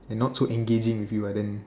and not so engaging with you ah then